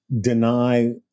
deny